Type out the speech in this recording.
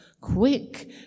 Quick